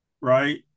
right